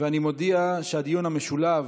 אני מודיע שבדיון המשולב,